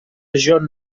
john